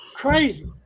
Crazy